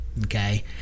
Okay